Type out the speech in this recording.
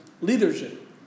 leadership